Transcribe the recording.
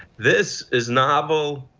this is novel.